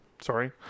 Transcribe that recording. sorry